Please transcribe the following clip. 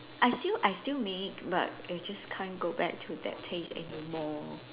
I still I still make but I just can't go back to that taste anymore